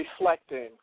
reflecting